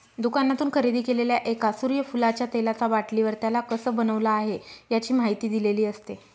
दुकानातून खरेदी केलेल्या एका सूर्यफुलाच्या तेलाचा बाटलीवर, त्याला कसं बनवलं आहे, याची माहिती दिलेली असते